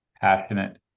passionate